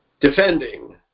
Defending